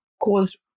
caused